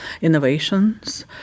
innovations